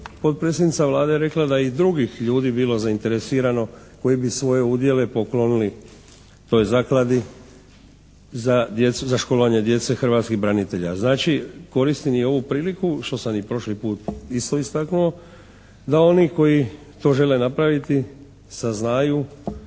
potpredsjednica Vlade je rekla da je i drugih ljudi bilo zainteresirano koji bi svoje udjele poklonili toj zakladi za školovanje djece hrvatskih branitelja. Znači koristim i ovu priliku što sam i prošli puta isto istaknuo, da oni koji to žele napraviti saznaju